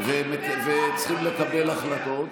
וצריכים לקבל החלטות,